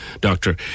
Doctor